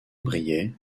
brillait